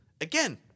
Again